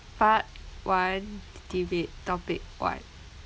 part one debate topic one